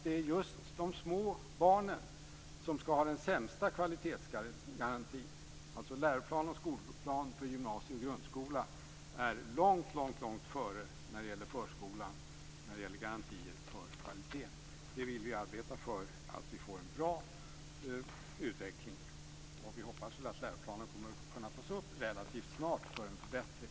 Det är just de små barnen som skall ha den sämsta kvalitetsgarantin. Läroplan för gymnasium och grundskola är långt före förskolans läroplan när det gäller garantier för kvaliteten. Vi vill arbeta för att vi får en bra utveckling. Vi hoppas att läroplanen kommer att kunna tas upp relativt snart för en förbättring.